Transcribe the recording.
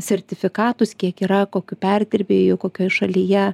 sertifikatus kiek yra kokių perdirbėjų kokioj šalyje